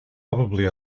probably